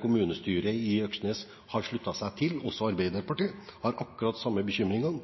Kommunestyret i Øksnes har sluttet seg til, også Arbeiderpartiet – har akkurat de samme bekymringene.